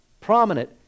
prominent